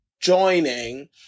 joining